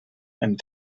and